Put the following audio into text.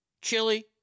chili